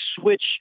switch